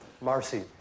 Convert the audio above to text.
Marcy